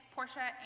Portia